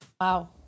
Wow